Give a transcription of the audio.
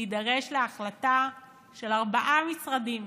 נידרש להחלטה של ארבעה משרדים,